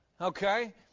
Okay